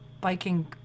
biking